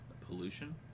Pollution